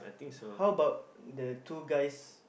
how about the two guys